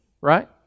Right